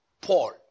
Paul